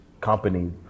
company